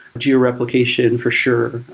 geo-replication for sure,